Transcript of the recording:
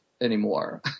anymore